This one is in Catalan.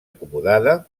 acomodada